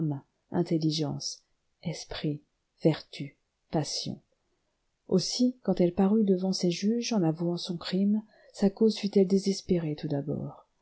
intelligence esprit vertu passion aussi quand elle parut devant ses juges en avouant son crime sa cause fut-elle désespérée tout d'abord